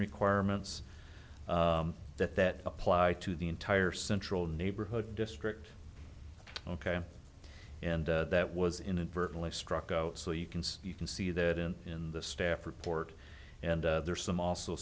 requirements that that apply to the entire central neighborhood district ok and that was inadvertently struck out so you can see you can see that in in the staff report and there's some also